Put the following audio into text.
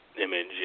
image